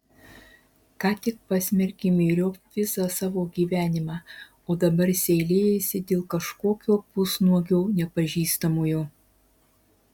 ką tik pasmerkė myriop visą savo gyvenimą o dabar seilėjasi dėl kažkokio pusnuogio nepažįstamojo